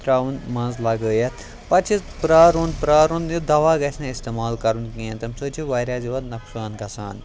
ترٛاوُن منٛز لَگٲیِتھ پَتہٕ چھِ پیٛارُن پیٛارُن یہِ دَوا گَژھِ نہٕ اِستعمال کَرُن کِہیٖنۍ تَمہِ سۭتۍ چھُ واریاہ زیادٕ نۄقصان گژھان